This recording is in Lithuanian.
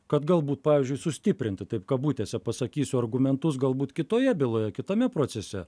kad galbūt pavyzdžiui sustiprinti taip kabutėse pasakysiu argumentus galbūt kitoje byloje kitame procese